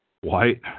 White